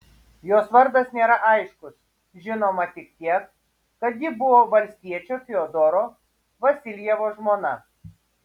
jos vardas nėra aiškus žinoma tik tiek kad ji buvo valstiečio fiodoro vasiljevo žmona